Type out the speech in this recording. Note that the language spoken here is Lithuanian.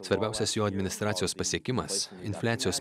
svarbiausias jo administracijos pasiekimas infliacijos